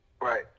Right